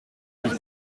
sich